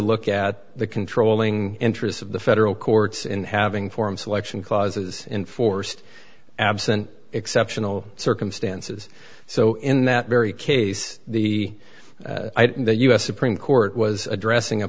look at the controlling interest of the federal courts in having form selection clauses enforced absent exceptional circumstances so in that very case the u s supreme court was addressing a